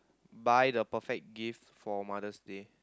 buy the perfect gift for Mother's Day